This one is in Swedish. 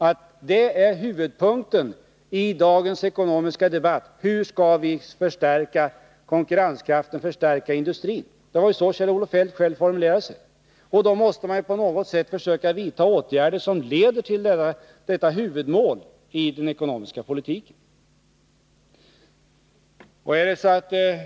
Detta är huvudpunkten i dagens ekonomiska debatt: Hur skall vi förbättra konkurrenskraften och förstärka industrin? Det var ju så Kjell-Olof Feldt själv formulerade sig. Då måste man ju på något sätt försöka vidta åtgärder som leder till detta huvudmål i den ekonomiska politiken.